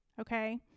okay